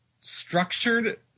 structured